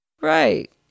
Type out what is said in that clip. right